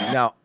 Now